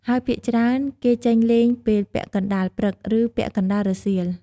ហើយភាគច្រើន គេចេញលេងពេលពាក់កណ្ដាលព្រឹក ឬ ពាក់កណ្ដាលរសៀល។